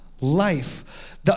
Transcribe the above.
life